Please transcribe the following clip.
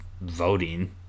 voting